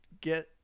get